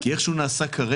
כי איך שהוא נעשה כרגע,